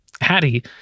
Hattie